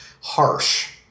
harsh